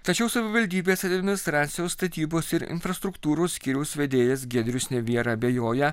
tačiau savivaldybės administracijos statybos ir infrastruktūros skyriaus vedėjas giedrius neviera abejoja